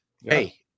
hey